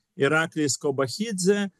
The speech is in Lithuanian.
iraklis kobachidzė